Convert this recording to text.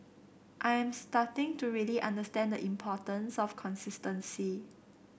I am starting to really understand the importance of consistency